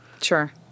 Sure